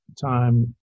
time